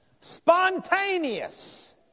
Spontaneous